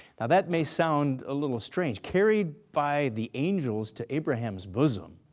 now that may sound a little strange, carried by the angels to abraham's bosom.